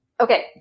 Okay